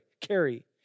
carry